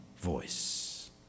voice